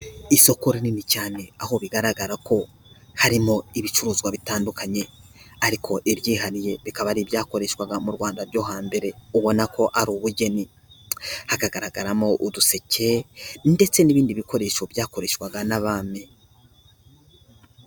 Isoko rinini cyane, aho bigaragara ko harimo ibicuruzwa bitandukanye ariko ibyihariye bikaba ari ibyakoreshwaga mu Rwanda byo hambere, ubona ko ari ubugeni, hakagaragaramo uduseke ndetse n'ibindi bikoresho byakoreshwaga n'abami.